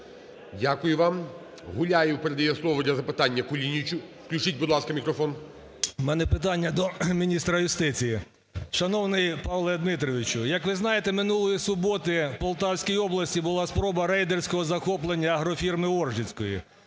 Дякую вам. Гуляєв передає слово для запитання Кулінічу. Включіть, будь ласка, мікрофон. 10:46:31 КУЛІНІЧ О.І. У мене питання до міністра юстиції. Шановний Павле Дмитровичу, як ви знаєте, минулої суботи в Полтавській області була спроба рейдерського захоплення агрофірми "Оржицької".